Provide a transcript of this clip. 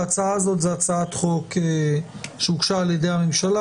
ההצעה הזו היא הצעת חוק שהוגשה על ידי הממשלה